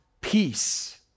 peace